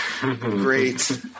Great